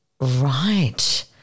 Right